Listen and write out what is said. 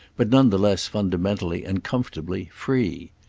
but none the less fundamentally and comfortably free.